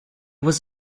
was